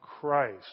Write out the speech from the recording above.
Christ